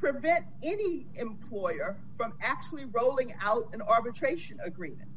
prevent any employer from actually rolling out an arbitration agreement